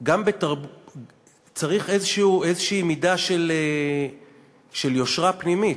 גם צריך איזושהי מידה של יושרה פנימית.